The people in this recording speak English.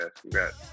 Congrats